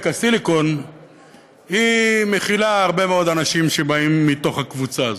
הסיליקון מכילה הרבה מאוד אנשים שבאים מתוך הקבוצה הזאת.